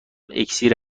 اکسیر